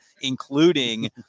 including